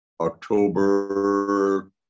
October